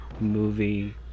movie